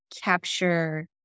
capture